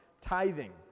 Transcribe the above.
tithing